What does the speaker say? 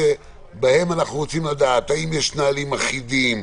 שבהן אנחנו רוצים לדעת האם יש נהלים אחידים,